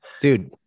dude